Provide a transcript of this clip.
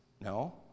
No